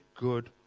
good